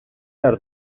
behar